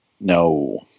no